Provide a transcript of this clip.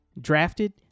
drafted